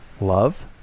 Love